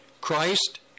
Christ